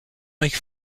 make